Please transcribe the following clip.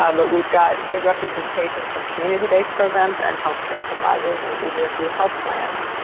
um but we've got good representation from community-based programs and health care providers and even a few health plans.